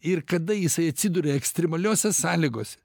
ir kada jisai atsiduria ekstremaliose sąlygose